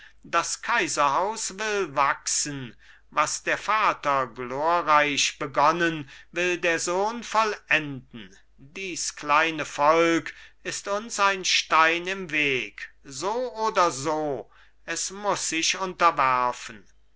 das kaiserhaus will wachsen was der vater glorreich begonnen will der sohn vollenden dies kleine volk ist uns ein stein im weg so oder so es muss sich unterwerfen